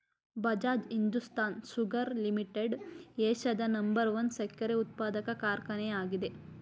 Bajaj Hindusthan sugar limited ಏಷ್ಯಾದ number one ಸಕ್ಕರೆ ಉತ್ಪಾದಕ ಕಾರ್ಖಾನೆ ಆಗಿದೆ